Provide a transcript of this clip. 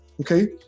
Okay